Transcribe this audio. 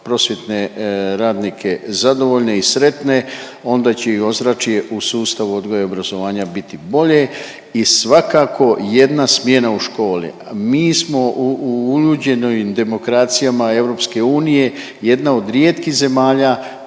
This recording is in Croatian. prosvjetne radnike zadovoljne i sretne, onda će i ozračje u sustavu odgoja i obrazovanja biti bolje i svakako jedna smjena u školi. Mi smo u uljuđenim demokracija EU jedna od rijetkih zemalja